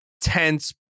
tense